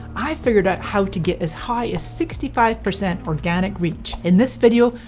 i figured out how to get as high as sixty five percent organic reach. in this video,